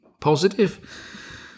positive